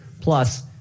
plus